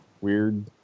weird